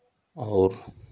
और